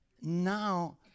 Now